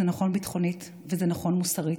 זה נכון ביטחונית וזה נכון מוסרית.